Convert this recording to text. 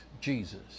Jesus